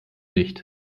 nicht